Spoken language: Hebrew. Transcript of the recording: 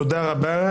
תודה רבה.